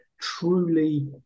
truly